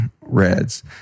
reds